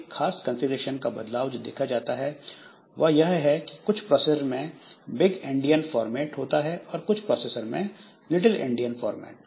एक खास कंफीग्रेशन का बदलाव जो देखा जाता है वह यह है कि कुछ प्रोसेसर में बिग एंडियन फॉर्मेट होता है और कुछ प्रोसेसर में लिटिल एंडियन फॉर्मेट